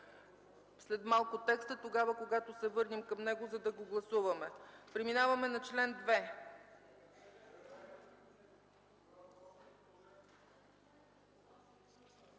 след малко текстът, тогава когато се върнем към него, за да го гласуваме. Преминаваме към чл. 2.